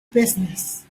business